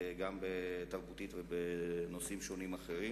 גם תרבותית וגם בנושאים אחרים,